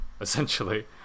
essentially